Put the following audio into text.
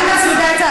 אני מצמידה את ההצעה.